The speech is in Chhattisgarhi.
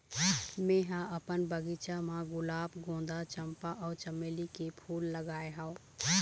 मेंहा अपन बगिचा म गुलाब, गोंदा, चंपा अउ चमेली के फूल लगाय हव